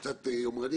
אחר,